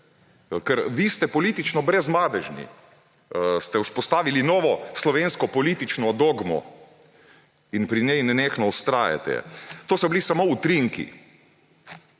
Ker vi ste politično brezmadežni, ste vzpostavili slovensko politično dogmo in pri njej nenehno vztrajate. To so bili samo utrinki,